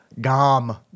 GOM